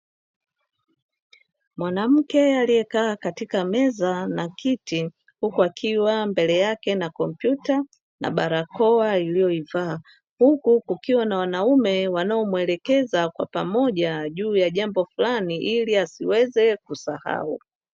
Mwanamke aliyekaa katika meza na kiti huku akiwa mbele yake na kompyuta na barakoa aliyoivaa, huku kukiwa na wanaume wanaomuelekeza kwa pamoja juu ya jambo fulani ili asiweza kusahau.